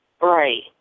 right